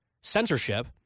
censorship